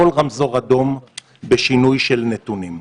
כל רמזור אדום בשינוי של נתונים.